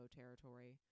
territory